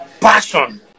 passion